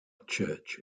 church